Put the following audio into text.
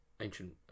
ancient